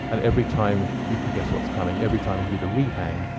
and every time, you can guess what's coming, every time he did a rehang,